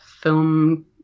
film